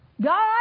God